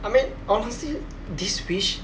I mean honestly this wish